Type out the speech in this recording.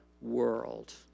world